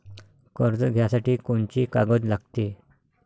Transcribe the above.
कर्ज घ्यासाठी कोनची कागद लागते?